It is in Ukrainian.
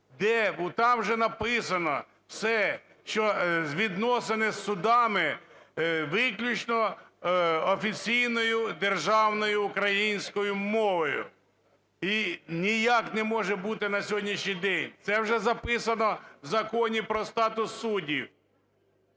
там же написано все, що відносини з судами виключно офіційною державною українською мовою. І ніяк не може бути на сьогоднішній день. Це вже записано у Законі про статус суддів.